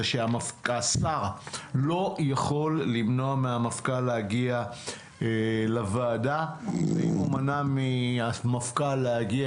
זה שהשר לא יכול למנוע מהמפכ"ל להגיע לוועדה ואם הוא מנע מהמפכ"ל להגיע